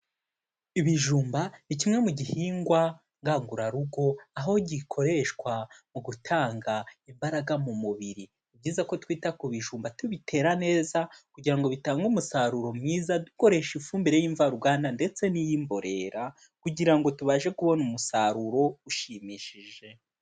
Ibijumba ni kimwe mu gihingwa ngangurarugo aho gikoreshwa mu gutanga imbaraga mu mubiri, ni byiza ko twita ku bijumba tubitera neza kugira ngo bitange umusaruro mwiza, dugukoresha ifumbire y'imvaruganda ndetse n'iy'imborera kugira ngo tubashe kubona umusaruro ushimishije.